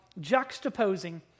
juxtaposing